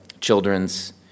children's